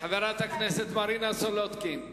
חברת הכנסת מרינה סולודקין,